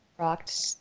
Rocked